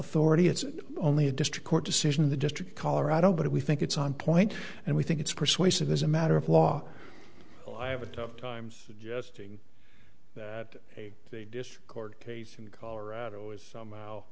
authority it's only a district court decision in the district colorado but if we think it's on point and we think it's persuasive as a matter of law i have a tough times adjusting that the district court case in colorado is somehow